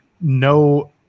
no